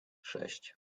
sześć